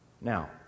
Now